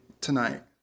tonight